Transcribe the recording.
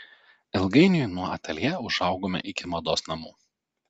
ilgainiui nuo ateljė užaugome iki mados namų